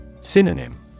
Synonym